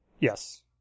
Yes